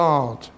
God